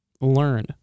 Learn